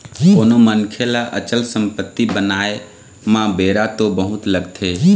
कोनो मनखे ल अचल संपत्ति बनाय म बेरा तो बहुत लगथे